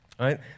right